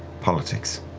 politics.